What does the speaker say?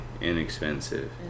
inexpensive